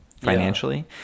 financially